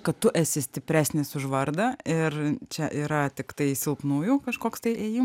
kad tu esi stipresnis už vardą ir čia yra tiktai silpnųjų kažkoks tai